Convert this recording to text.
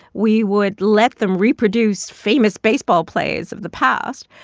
we would let them reproduce famous baseball plays of the past,